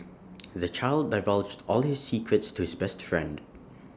the child divulged all his secrets to his best friend